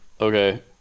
Okay